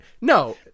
No